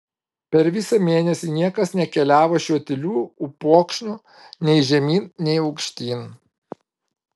per visą mėnesį niekas nekeliavo šiuo tyliu upokšniu nei žemyn nei aukštyn